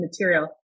material